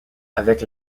avec